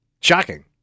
Shocking